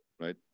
right